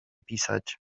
pisać